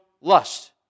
lust